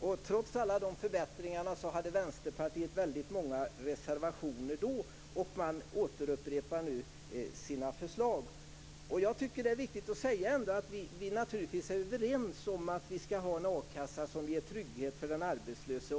%. Trots alla de förbättringarna hade Vänsterpartiet väldigt många reservationer då, och man upprepar nu sina förslag. Jag tycker att det är viktigt att säga att vi naturligtvis är överens om att vi skall ha en a-kassa som ger trygghet för den arbetslöse.